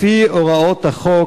לפי הוראות החוק,